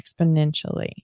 exponentially